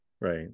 Right